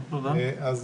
אנחנו